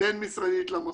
בין משרדית לנושא.